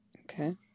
Okay